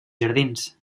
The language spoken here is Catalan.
jardins